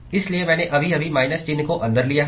इसलिए मैंने अभी अभी माइनस चिह्न को अंदर लिया है